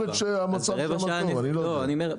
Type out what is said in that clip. אז אולי לא צור יגאל.